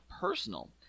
personal